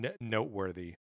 noteworthy